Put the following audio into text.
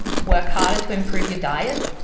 work harder to improve your diet?